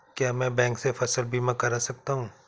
क्या मैं बैंक से फसल बीमा करा सकता हूँ?